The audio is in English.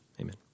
Amen